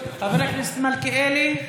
חבר הכנסת מלכיאלי,